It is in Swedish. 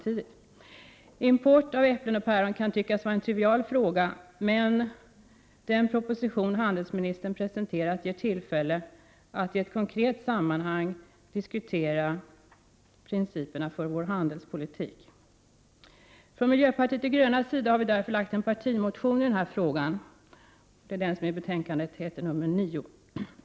Import av äpplen och päron kan tyckas vara en trivial fråga, men den proposition utrikeshandelsministern presenterat ger tillfälle att i ett konkret sammanhang diskutera principerna för vår handelspolitik. Från miljöpartiet de grönas sida har vi därför väckt en partimotion i denna fråga. Den har fått nr 9.